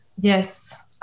Yes